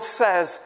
says